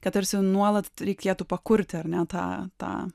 kad tarsi nuolat reikėtų pakurti ar ne tą tą